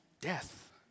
death